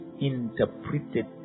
interpreted